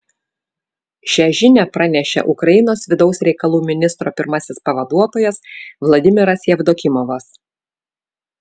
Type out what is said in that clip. šią žinią pranešė ukrainos vidaus reikalų ministro pirmasis pavaduotojas vladimiras jevdokimovas